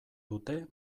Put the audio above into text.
dute